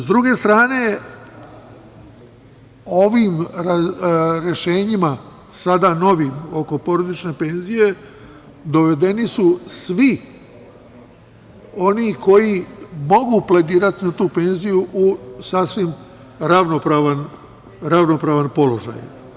S druge strane, ovim rešenjima, sada novim, oko porodične penzije, dovedeni su svi oni koji mogu pledirati na tu penziju u sasvim ravnopravan položaj.